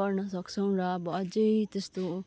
गर्न सक्छौँ र अब अझै त्यस्तो